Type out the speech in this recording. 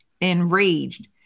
enraged